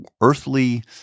earthly